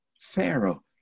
Pharaoh